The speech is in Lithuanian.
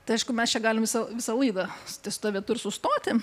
tai aišku mes čia galim visą visą laidą ties ta vieta ir sustoti